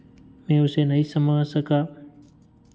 मैं उसे नहीं समझ सका